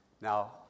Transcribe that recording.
Now